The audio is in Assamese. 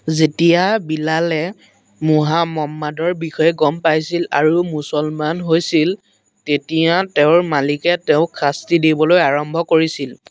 যেতিয়া বিলালে মোহাম্মাদৰ বিষয়ে গম পাইছিল আৰু মুছলমান হৈছিল তেতিয়া তেওঁৰ মালিকে তেওঁক শাস্তি দিবলৈ আৰম্ভ কৰিছিল